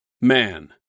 Man